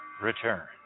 return